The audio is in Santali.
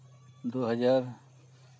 ᱫᱩ ᱦᱟᱡᱟᱨ